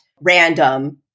random